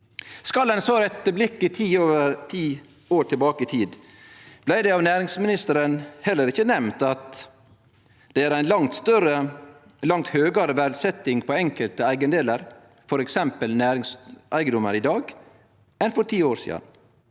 Skal ein rette blikket 10 år tilbake i tid, blei det av næringsministeren heller ikkje nemnt – at det er ei langt høgare verdsetjing av enkelte eigedelar, f.eks. næringseigedomar, i dag enn for 10 år sidan